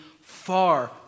Far